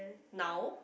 now